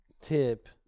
tip